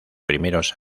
primeros